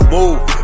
Move